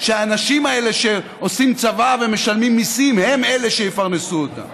שהאנשים האלה שעושים צבא ומשלמים מיסים הם שיפרנסו אותם.